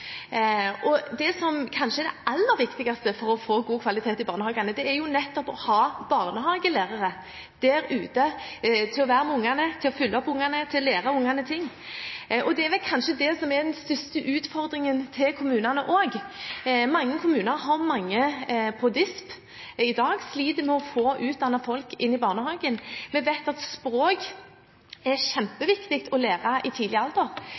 og det som kanskje er det aller viktigste for å få god kvalitet i barnehagene, er jo nettopp å ha barnehagelærere der ute til å være med ungene, til å følge opp ungene, til å lære ungene ting. Det er vel kanskje også det som er den største utfordringene for kommunene: Mange kommuner har mange på disp i dag, de sliter med å få utdannede folk inn i barnehagene. Vi vet at språk er kjempeviktig å lære i tidlig alder.